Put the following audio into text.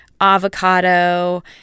avocado